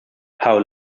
how